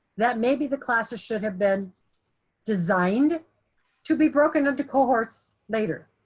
that maybe the classes should have been designed to be broken into cohorts later.